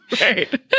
Right